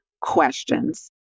questions